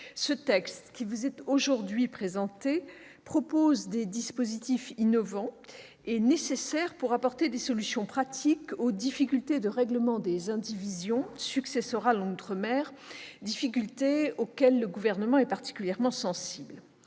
Ce texte, qui vous est aujourd'hui présenté, propose des dispositifs innovants et nécessaires pour apporter des solutions pratiques aux difficultés de règlement des indivisions successorales en outre-mer, difficultés auxquelles le Gouvernement est particulièrement sensible.